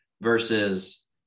versus